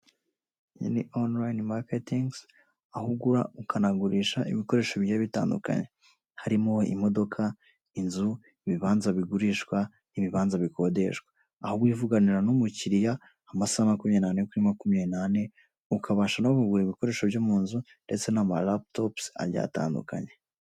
Iyi ni online marketings aho ugura ukanagurisha ibikoresho bijyiye bitandukanye, harimo imodoka, inzu, ibibanza bigurishwa n'ibibanza bikodeshwa. Aho wivuganira n'umukiriya amasaha makumyabiri n'ane kuri makumya n'ane ukabasha no kugura ibikoresho byo mu nzu ndetse n'ama laptops ajyiye atandukanye.